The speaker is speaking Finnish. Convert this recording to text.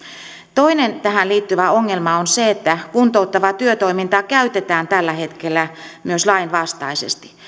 toinen tähän liittyvä ongelma on se että kuntouttavaa työtoimintaa käytetään tällä hetkellä myös lainvastaisesti